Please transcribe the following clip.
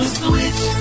switch